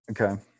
Okay